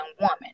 woman